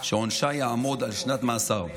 שעונשה יעמוד על שנת מאסר.